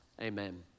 Amen